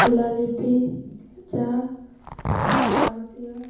শিলালিপি যা ভারতীয়